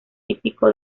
típico